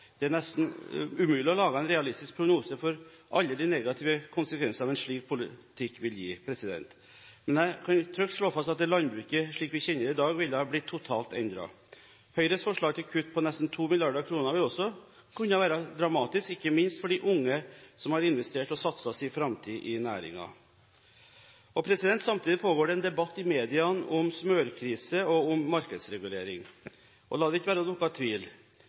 Det er nesten umulig å lage en realistisk prognose for alle de negative konsekvenser en slik politikk vil gi. Men jeg kan trygt slå fast at landbruket, slik vi kjenner det i dag, ville blitt totalt endret. Høyres forslag til kutt på nesten 2 mrd. kr vil også kunne være dramatisk, ikke minst for de unge som har investert og satset sin framtid i næringen. Samtidig pågår det en debatt i mediene om smørkrise og om markedsregulering. La det ikke være noen tvil: